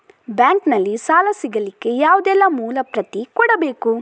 Bank ನಲ್ಲಿ ಸಾಲ ಸಿಗಲಿಕ್ಕೆ ಯಾವುದೆಲ್ಲ ಮೂಲ ಪ್ರತಿ ಕೊಡಬೇಕು?